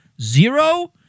zero